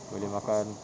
boleh makan